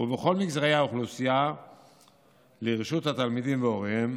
ובכל מגזרי האוכלוסייה לרשות התלמידים והוריהם.